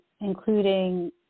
including